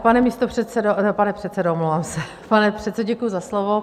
Pane místopředsedo, pane předsedo, omlouvám se, pane předsedo, děkuji za slovo.